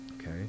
Okay